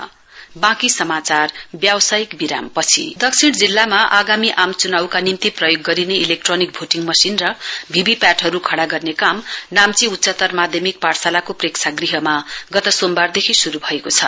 election south दक्षिण जिल्लामा आगामी आम चुनाउका निम्ति प्रयोग गरिने इलेक्ट्रोनिक भोटिङ मशिन र भीभीपीएटी हरू खडा गर्ने काम नाम्ची उच्चत्तर माध्यमिक पाठशालाको प्रेक्षाग्रहमा गत सोमबारदेखि श्रू भएको छ